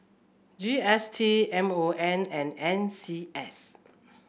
G S T M O N and N C S